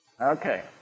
okay